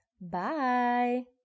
Bye